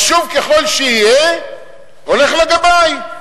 חשוב ככל שיהיה, הולך לגבאי.